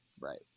Right